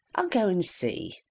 i'll go and see.